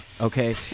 okay